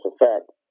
effect